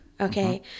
okay